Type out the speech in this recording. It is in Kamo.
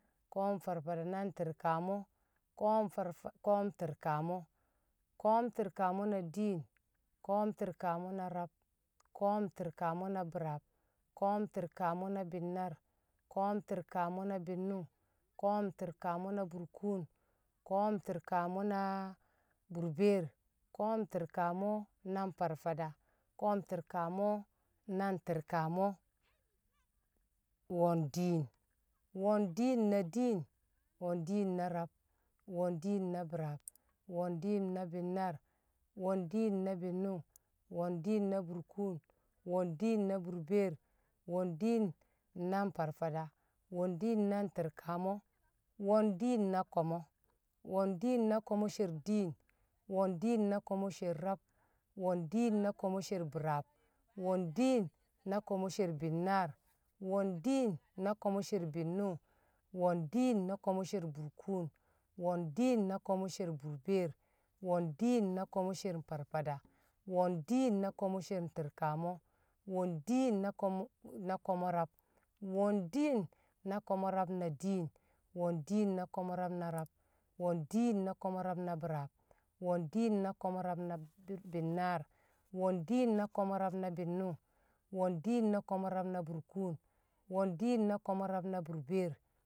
Ko̱o̱m FarFada na nTi̱rkamo. ko̱o̱m farfada, Ko̱o̱m Ti̱rkamṵ. Ko̱o̱m Ti̱rkamṵ na diin. Ko̱o̱m Ti̱rkamṵ na rab. Ko̱o̱m Ti̱rkamṵ na bi̱raab. Ko̱o̱m Ti̱rkamṵ na bi̱nnaar. Ko̱o̱m Ti̱rkamṵ na bi̱nnṵng. Ko̱o̱m Ti̱rkamṵ na burkun. Ko̱o̱m Ti̱rkamṵ na burbeer. Ko̱o̱m Ti̱rkamṵ na nFarFada. Ko̱o̱m Ti̱rkamṵ na nTi̱rkamo. Wo̱n diin. Wo̱n diin na diin. Wo̱n diin na rab. Wo̱n diin na bi̱raab. Wo̱n diin na bi̱nnaar. Wo̱n diin na bi̱nnṵng. Wo̱n diin na burkuun. Wo̱n diin na burbeer. Wo̱n diin na nFarFaFa. Wo̱n diin na nTi̱rkamo. Wo̱n diin na ko̱mo̱. Wo̱n diin na ko̱mo̱ sher diin. Wo̱n diin na ko̱mo̱ sher rab. Wo̱n diin na ko̱mo̱ sher bi̱raab. Wo̱n diin na ko̱mo̱ sher binnaar. Wo̱n diin na ko̱mo̱ sher bi̱nnṵng. Wo̱n diin na ko̱mo̱ sher burkun. Wo̱n diin na ko̱mo̱ sher burbeer. Wo̱n diin na ko̱mo̱ sher FarFada. Wo̱n diin na ko̱mo̱ sher Tirkamṵ. Wo̱n diin na ko̱mo̱-rab. Wo̱n diin na ko̱mo̱-rab na diin. Wo̱n diin na ko̱mo̱-rab na rab. Wo̱n diin na ko̱mo̱-rab na biraab. Wo̱n diin na ko̱mo̱-rab na bi̱nnaar. Wo̱n diin na ko̱mo̱-rab na bi̱nnṵng. Wo̱n diin na ko̱mo̱-rab na burkun. Wo̱n diin na ko̱mo̱-rab na burbeer